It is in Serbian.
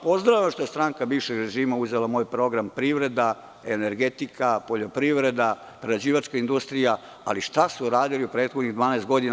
Pozdravljam što je stranka bivšeg režima uzela moj program - privreda, energetika, poljopriveda, prerađivačka industrija, ali šta su uradili u prethodnih 12 godina?